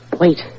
Wait